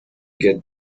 get